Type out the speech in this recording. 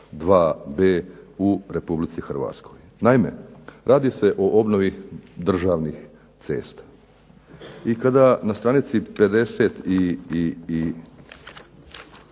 2B u Republici Hrvatskoj. Naime, radi se o obnovi državnih cesta. I kada na str. 54